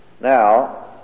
Now